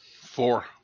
Four